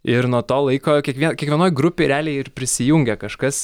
ir nuo to laiko kiekvie kiekvienoj grupėj realiai ir prisijungia kažkas